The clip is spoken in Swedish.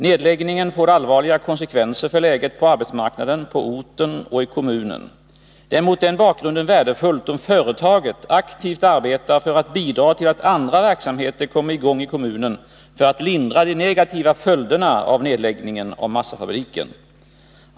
Nedläggningen får allvarliga konsekvenser för läget på arbetsmarknaden på orten och i kommunen. Det är mot den bakgrunden värdefullt om företaget aktivt arbetar för att bidra till att andra verksamheter kommer i gång i kommunen för att lindra de negativa följderna av nedläggningen av massafabriken.